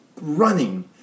running